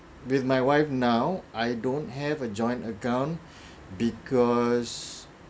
with my wife now I don't have a joint account because